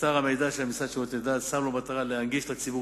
אתר המידע של המשרד לשירותי דת שם לו למטרה להנגיש לציבור